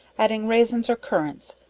adding raisins or currants,